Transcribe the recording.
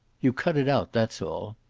you cut it out, that's all.